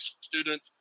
student